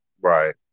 Right